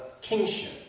kingship